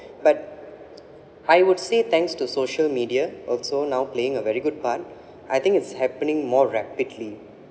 but I would say thanks to social media also now playing a very good part I think it's happening more rapidly